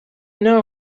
know